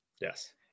Yes